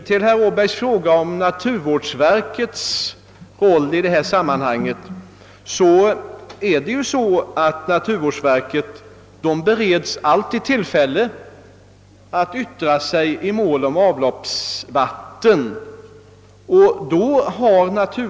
På herr Åbergs fråga om naturvårdsverkets roll i detta sammanhang vill jag svara att naturvårdsverket alltid bereds tillfälle att yttra sig i mål om avloppsvatten.